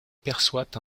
perçoit